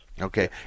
Okay